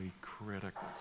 critical